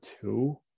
two